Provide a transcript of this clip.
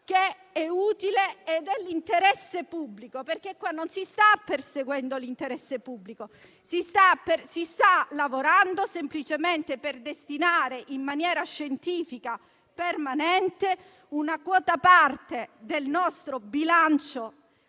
che è utile all'interesse pubblico. Qua non si sta perseguendo l'interesse pubblico, ma si sta lavorando semplicemente per destinare, in maniera scientifica e permanente, una quota parte del nostro bilancio